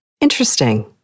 Interesting